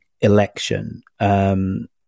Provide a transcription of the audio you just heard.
election